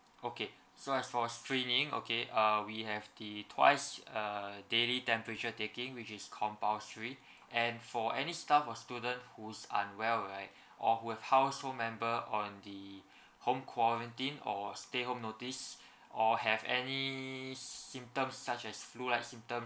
okay so as for screening okay uh we have the twice err daily temperature taking which is compulsory and for any staff or student who's unwell right or who's household member on the home quarantine or stay home notice or have any symptoms such as flu like symptom